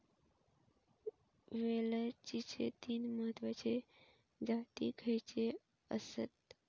वेलचीचे तीन महत्वाचे जाती खयचे आसत?